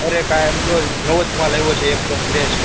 અરે કાઇ એમ જોવો નવો જ માલ આવ્યો છે એકદમ ફ્રેશ